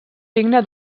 signe